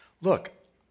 look